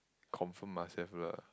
confirm must have lah